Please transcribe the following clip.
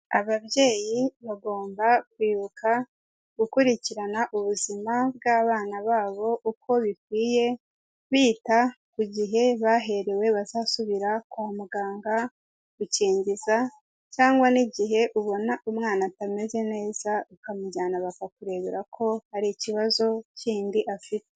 Ababyeyi bagomba kwibuka gukurikirana ubuzima bw'abana babo uko bikwiye, bita ku gihe baherewe bazasubira kwa muganga gukingiza, cyangwa n'igihe ubona umwana atameze neza ukamujyana bakakurebera ko hari ikibazo kindi afite.